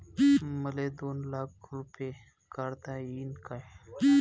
मले दोन लाख रूपे काढता येईन काय?